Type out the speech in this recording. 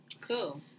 Cool